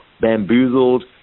bamboozled